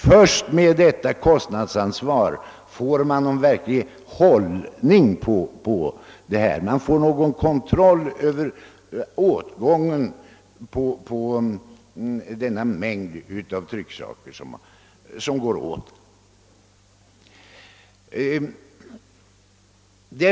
Först i och med detta kostnadsansvar kan vi få någon verklig kontroll över åtgången på den mängd av trycksaker som framställs.